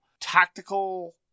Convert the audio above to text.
tactical